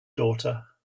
daughter